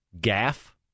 gaff